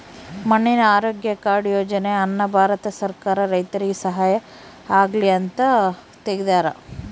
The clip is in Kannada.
ಮಣ್ಣಿನ ಆರೋಗ್ಯ ಕಾರ್ಡ್ ಯೋಜನೆ ಅನ್ನ ಭಾರತ ಸರ್ಕಾರ ರೈತರಿಗೆ ಸಹಾಯ ಆಗ್ಲಿ ಅಂತ ತೆಗ್ದಾರ